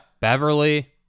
Beverly